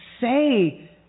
say